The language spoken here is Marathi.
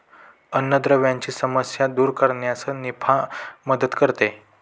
अन्नद्रव्यांची समस्या दूर करण्यास निफा मदत करते